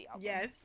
yes